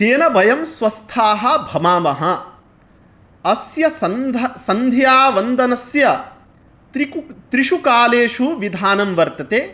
तेन वयं स्वस्थाः भवामः अस्य सन्ध सन्ध्यावन्दनस्य त्रिकु त्रिशुकालेषु विधानं वर्तते